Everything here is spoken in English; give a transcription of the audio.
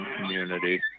community